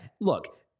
Look